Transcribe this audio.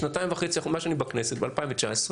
שנתיים וחצי מאז שאני בכנסת, ב-2019,